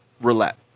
roulette